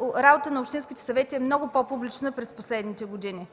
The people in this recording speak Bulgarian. работата на общинските съвети е много по-публична през последните години.